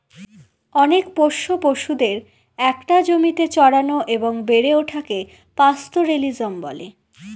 অনেক পোষ্য পশুদের একটা জমিতে চড়ানো এবং বেড়ে ওঠাকে পাস্তোরেলিজম বলে